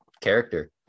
character